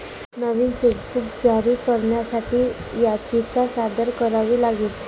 नवीन chequebook जारी करण्यासाठी याचिका सादर करावी लागेल